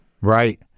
right